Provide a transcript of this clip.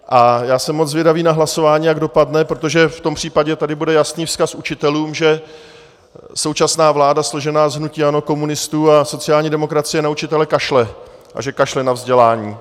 A já jsem moc zvědavý na hlasování, jak dopadne, protože v tom případě tady bude jasný vzkaz učitelům, že současná vláda složená z hnutí ANO, komunistů a sociální demokracie na učitele kašle a že kašle na vzdělání.